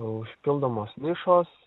užpildomos nišos